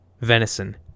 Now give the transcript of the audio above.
Venison